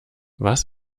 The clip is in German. was